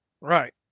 Right